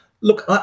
Look